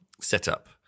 setup